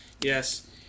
Yes